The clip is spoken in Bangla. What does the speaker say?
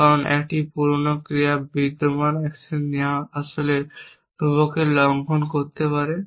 কারণ একটি পুরানো ক্রিয়া বিদ্যমান অ্যাকশন নেওয়া আসলে ধ্রুবককে লঙ্ঘন করতে পারে